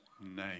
name